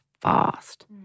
fast